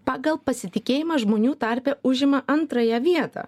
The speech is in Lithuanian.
pagal pasitikėjimą žmonių tarpe užima antrąją vietą